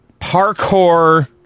parkour